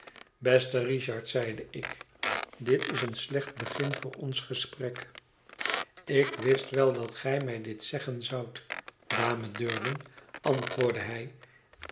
beste richard zeide ik dit is een slecht begin voor ons gesprek ik wist wel dat gij mij dit zeggen zoudt dame durden antwoordde hij